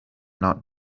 not